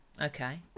okay